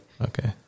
Okay